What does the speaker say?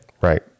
Right